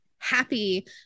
happy